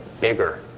bigger